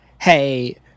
hey